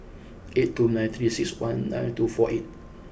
eight two nine three six one nine two four eight